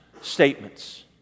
statements